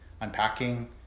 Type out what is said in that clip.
unpacking